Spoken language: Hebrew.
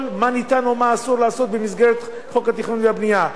מה מותר ומה אסור לעשות במסגרת חוק התכנון והבנייה.